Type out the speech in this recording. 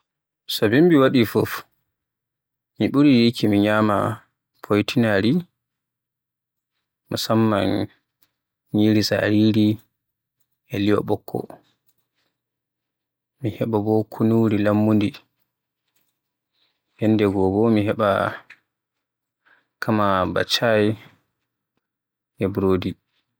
So bimbi waɗi fuf mi ɓuri yikki mi ñyama foytinaari, musamman nyiri tsariri e li'o ɓokko. Mi heɓa bo kunuuri lammundi yanndegoo bo mi heɓa ba caay e burodi